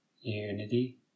unity